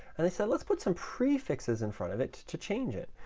and they said, let's put some prefixes in front of it to change it.